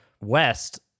west